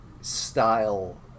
style